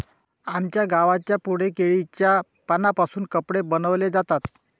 आमच्या गावाच्या पुढे केळीच्या पानांपासून कपडे बनवले जातात